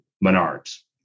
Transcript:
Menard's